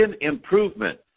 improvement